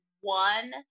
one